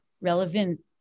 relevant